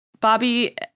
Bobby